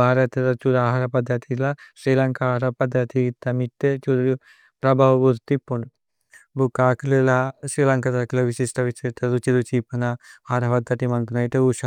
ഭ്ഹരത ദ ഛുര। ആഹര പദ്ധതി ല സ്രി ലന്ക ആഹര പദ്ധതി। ഇത്ത മിതു ഛുരു പ്രഭവതി പുന്ദു ഭുക്ക അക്ലേല। സ്രി ലന്കത അക്ലേ വിസിത രുഛി ഇപുന ആഹര। പദ്ധതി മന്ദകലുന ഇത ഉശ।